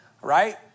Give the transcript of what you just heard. Right